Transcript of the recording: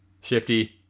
shifty